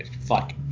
fuck